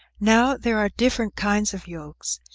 now there are different kinds of yokes,